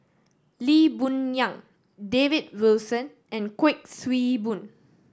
Lee Boon Yang David Wilson and Kuik Swee Boon